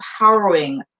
empowering